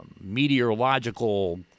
meteorological